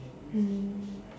mm